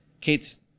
Kate's